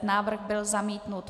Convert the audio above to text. Návrh byl zamítnut.